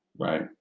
Right